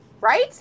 Right